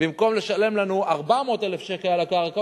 במקום לשלם לנו 400,000 שקל על הקרקע,